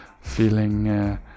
feeling